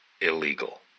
illegal